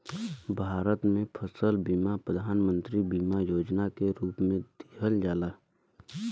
भारत में फसल बीमा प्रधान मंत्री बीमा योजना के रूप में दिहल जाला